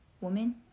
Woman